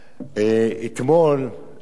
אתמול, שוב,